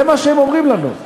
זה מה שהם אומרים לנו.